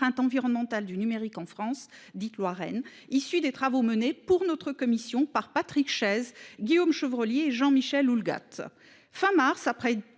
environnementale du numérique en France, dit Warren issus des travaux menés pour notre commission par Patrick Chaize Guillaume Chevrollier, Jean-Michel Houllegatte fin mars après